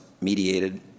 mediated